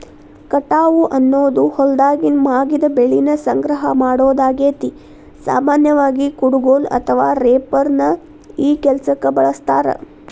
ಕಟಾವು ಅನ್ನೋದು ಹೊಲ್ದಾಗಿನ ಮಾಗಿದ ಬೆಳಿನ ಸಂಗ್ರಹ ಮಾಡೋದಾಗೇತಿ, ಸಾಮಾನ್ಯವಾಗಿ, ಕುಡಗೋಲು ಅಥವಾ ರೇಪರ್ ನ ಈ ಕೆಲ್ಸಕ್ಕ ಬಳಸ್ತಾರ